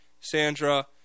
Sandra